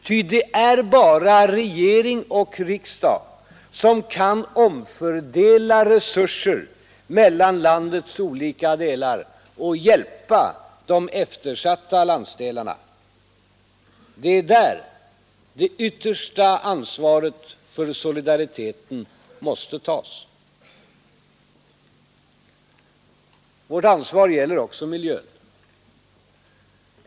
Ty det är bara regering och riksdag som kan omfördela resurser mellan landets olika delar och hjälpa de eftersatta landsdelarna. Det är där det yttersta ansvaret för solidariteten måste tas. Vårt ansvar gäller också miljön.